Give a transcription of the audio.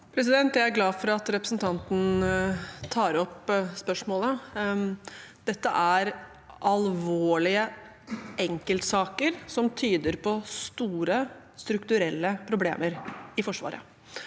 Jeg er glad for at representanten tar opp spørsmålet. Dette er alvorlige enkeltsaker som tyder på store strukturelle problemer i Forsvaret.